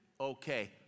okay